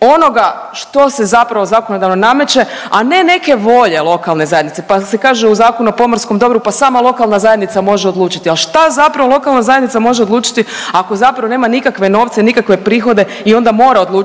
onoga što se zapravo zakonodavno nameće, a ne neke volje lokalne zajednice pa se kaže u Zakonu o pomorskom dobru, pa sama lokalna zajednica može odlučiti, ali šta zapravo lokalna zajednica može odlučiti ako zapravo nema nikakve novce, nikakve prihode i onda mora odlučiti